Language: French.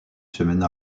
semaine